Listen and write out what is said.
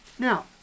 Now